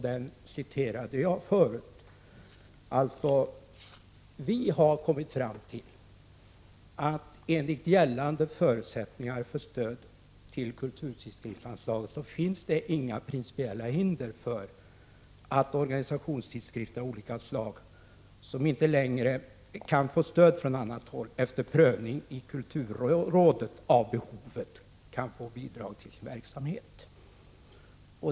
Där citerade jag förut att man kommit fram till att enligt förutsättningarna för stöd till kulturtidskrifter finns det inga principiella hinder för att organisationstidskrifter av olika slag, som inte längre kan få stöd från annat håll, efter prövning i kulturrådet av behovet kan få bidrag till sin verksamhet.